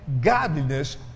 godliness